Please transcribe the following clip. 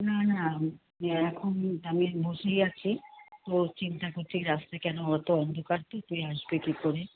না না আমি এখন আমি বসেই আছি তোর চিন্তা করছি রাস্তা কেন অতো অন্ধকার তো তুই আসবি কী করে